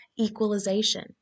equalization